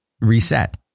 reset